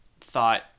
thought